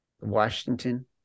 Washington